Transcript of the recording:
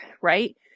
right